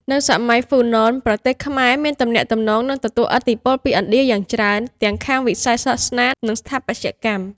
នៅសម័យហ្វូណនប្រទេសខ្មែរមានទំនាក់ទំនង និងទទួលឥទ្ធិពលពីឥណ្ឌាយ៉ាងច្រើនទាំងខាងវិស័យសាសនា និងស្ថាបត្យកម្ម។